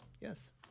yes